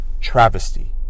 travesty